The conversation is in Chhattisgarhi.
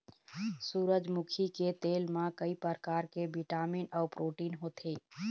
सूरजमुखी के तेल म कइ परकार के बिटामिन अउ प्रोटीन होथे